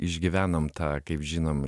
išgyvenom tą kaip žinom